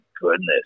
goodness